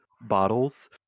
bottles